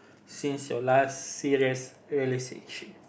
since your last serious relationship